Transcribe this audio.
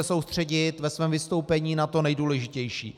Soustředím se ve svém vystoupení na to nejdůležitější.